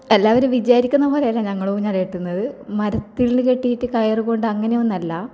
എല്ലാരും വിചാരിക്കുന്നത് പോലെയല്ല ഞങ്ങൾ ഊഞ്ഞാൽ കെട്ടുന്നത് മരത്തിൽ കെട്ടിയിട്ട് കയർ കൊണ്ട് അങ്ങനെയൊന്നുമല്ല